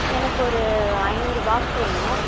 எனக்கு ஒரு ஐநூறு பாக்ஸ் வேணும்